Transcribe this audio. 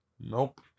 Nope